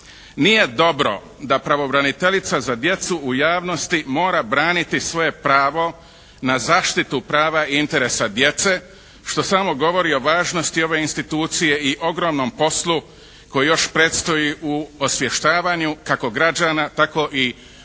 Nije dobro da pravobraniteljica za djecu u javnosti mora braniti svoje pravo na zaštitu prava i interesa djece što samo govori o važnosti ove institucije i ogromnom poslu koji još predstoji u osvještavanju kako građana tako i